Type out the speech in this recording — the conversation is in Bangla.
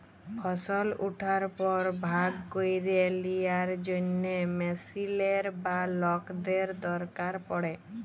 ফসল উঠার পর ভাগ ক্যইরে লিয়ার জ্যনহে মেশিলের বা লকদের দরকার পড়ে